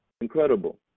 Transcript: Incredible